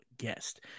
guest